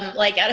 like, and